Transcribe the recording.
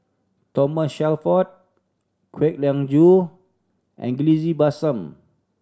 Thomas Shelford Kwek Leng Joo and Bassan